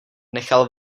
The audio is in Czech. nechal